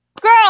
girl